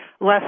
less